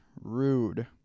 rude